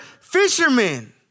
fishermen